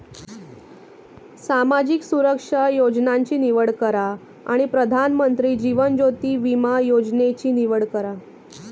सामाजिक सुरक्षा योजनांची निवड करा आणि प्रधानमंत्री जीवन ज्योति विमा योजनेची निवड करा